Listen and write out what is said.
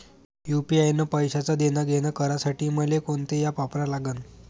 UPI न पैशाचं देणंघेणं करासाठी मले कोनते ॲप वापरा लागन?